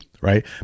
right